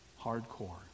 Hardcore